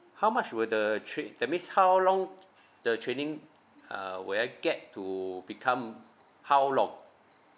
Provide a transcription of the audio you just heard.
how much will the trai~ that means how long the training uh where I get to become how long